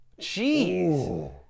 Jeez